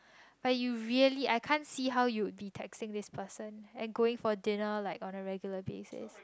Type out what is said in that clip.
but you really I can't see how you'd be texting this person and going for dinner like on a regular bases